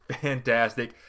fantastic